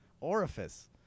orifice